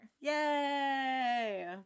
Yay